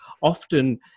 often